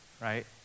right